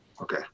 Okay